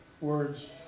words